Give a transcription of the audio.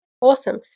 awesome